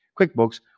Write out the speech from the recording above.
QuickBooks